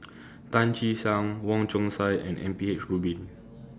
Tan Che Sang Wong Chong Sai and M P H Rubin